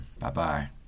Bye-bye